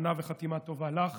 שנה וחתימה טובה לך